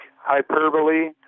hyperbole